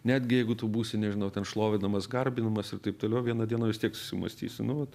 netgi jeigu tu būsi nežinau ten šlovinamas garbinamas ir taip toliau vieną dieną vis tiek susimąstysi nu vat